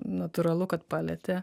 natūralu kad palietė